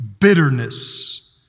bitterness